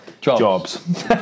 Jobs